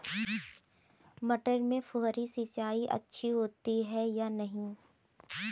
मटर में फुहरी सिंचाई अच्छी होती है या नहीं?